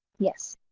yes.